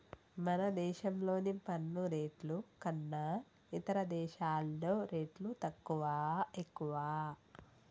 మన దేశంలోని పన్ను రేట్లు కన్నా ఇతర దేశాల్లో రేట్లు తక్కువా, ఎక్కువా